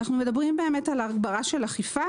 אנחנו מדברים על הגברת האכיפה,